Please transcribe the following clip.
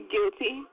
Guilty